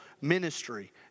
ministry